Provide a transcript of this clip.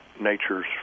nature's